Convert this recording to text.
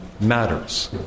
matters